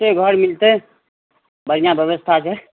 से घर मिलतै बढ़िऑं व्यवस्था छै